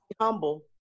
Humble